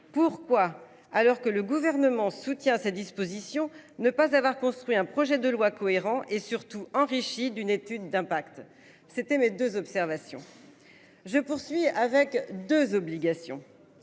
Pourquoi alors que le gouvernement soutient ces dispositions ne pas avoir construit un projet de loi cohérents et surtout enrichi d'une étude d'impact. C'était mes 2 observations. Je poursuis avec 2 obligations.